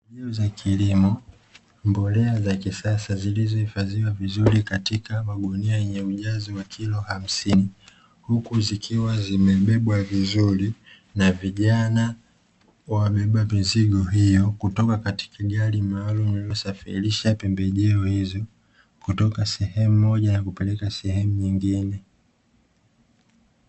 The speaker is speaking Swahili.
Pembejeo za kilimo, mbolea za kisasa zilizohifadhiwa vizuri katika magunia yenye ujazo wa kilo hamsini. Huku zikiwa zimebebwa vizuri na vijana wamebeba mizigo hiyo kutoka katika gari maalumu linalosafirisha pembejeo hizo, kutoka sehemu moja na kupeleka sehemu nyingine.